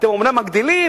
אתם אומנם מגדילים,